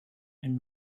and